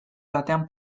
batean